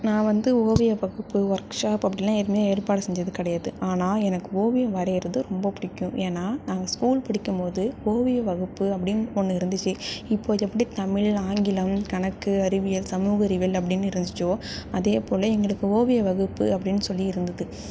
நான் வந்து ஓவிய வகுப்பு ஒர்க்ஷாப் அப்படிலாம் எதுவுமே ஏற்பாடு செஞ்சது கிடையாது ஆனால் எனக்கு ஓவியம் வரைகிறது ரொம்ப புடிக்கும் ஏன்னா நாங்கள் ஸ்கூல் படிக்கும்மோது ஓவிய வகுப்பு அப்படின் ஒன்று இருந்துச்சு இப்போது எப்படி தமிழ் ஆங்கிலம் கணக்கு அறிவியல் சமூகறிவியல் அப்படின் இருந்துச்சோ அதே போல் எங்ளுக்கு ஓவிய வகுப்பு அப்படின் சொல்லி இருந்தது